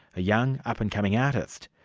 a young, up-and-coming artist,